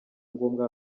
ngombwa